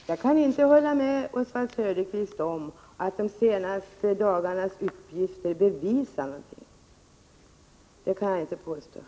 Herr talman! Jag kan inte hålla med Oswald Söderqvist om att uppgifterna som framkommit de senaste dagarna bevisar någonting.